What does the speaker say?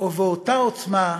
ובאותה עוצמה,